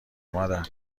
مادر